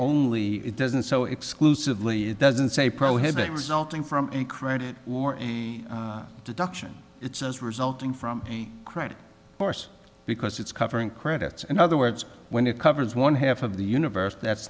only it doesn't so exclusively it doesn't say prohibit resulting from a credit duction it says resulting from credit course because it's covering credits in other words when it covers one half of the universe that's